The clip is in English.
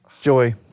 Joy